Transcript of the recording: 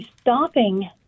stopping